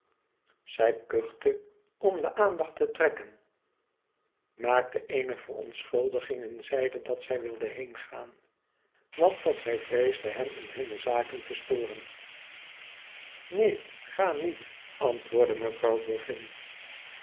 zij kuchte om de aandacht te trekken maakte eene verontschuldiging en zeide dat zij wilde heengaan want dat zij vreesde hen in hunne zaleen te storen neen ga niet heen antwoordde mevrouw boffin